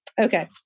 Okay